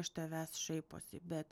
iš tavęs šaiposi bet